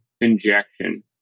injection